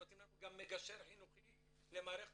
הם נותנים לנו גם מגשר חינוכי למערכת